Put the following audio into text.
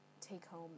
take-home